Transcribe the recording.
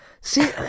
See